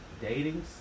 dating